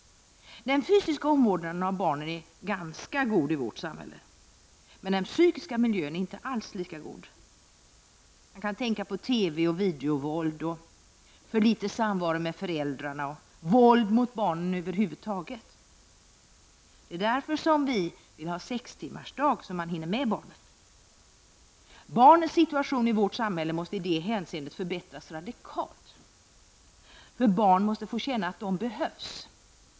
Den fysiska omvårdnaden av barn är ganska god i vårt samhälle, men den psykiska miljön är inte alls lika god. Man kan tänka på TV och videovåld, för litet samvaro med föräldrarna, och över huvud taget våld mot barn. Det är därför som vi vill ha sex timmars arbetsdag -- så att man hinner med barnen. Barnens situation i vårt samhälle måste i det hänseendet förbättras radikalt. Barn måste få känna att de behövs.